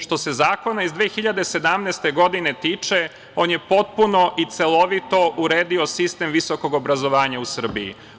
Što se zakona iz 2017. godine tiče, on je potpuno i celovito uredio sistem visokog obrazovanja u Srbiji.